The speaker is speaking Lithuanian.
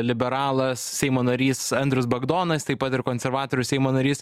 liberalas seimo narys andrius bagdonas taip pat ir konservatorius seimo narys